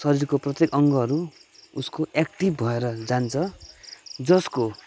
शरीरको प्रत्येक अङ्गहरू उसको एक्टिभ भएर जान्छ जसको